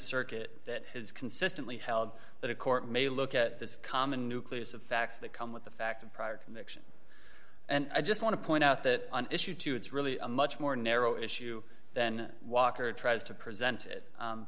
circuit has consistently held that a court may look at this common nucleus of facts that come with the fact of prior conviction and i just want to point out that on issue two it's really a much more narrow issue then walker tries to present it